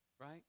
Right